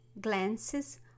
glances